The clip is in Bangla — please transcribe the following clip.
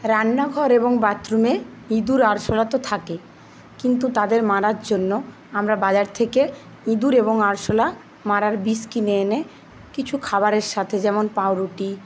রান্নাঘর এবং বাথরুমে ইঁদুর আরশোলা তো থাকেই কিন্তু তাদের মারার জন্য আমরা বাজার থেকে ইঁদুর এবং আরশোলা মারার বিষ কিনে এনে কিছু খাবারের সাথে যেমন পাউরুটি